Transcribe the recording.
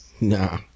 Nah